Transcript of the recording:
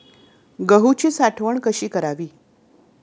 गहूची साठवण कशी करावी?